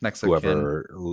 whoever